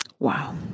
Wow